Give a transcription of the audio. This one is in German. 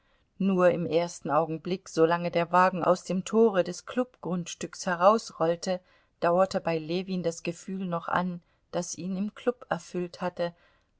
nur im ersten augenblick solange der wagen aus dem tore des klubgrundstücks herausrollte dauerte bei ljewin das gefühl noch an das ihn im klub erfüllt hatte